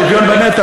שוויון בנטל.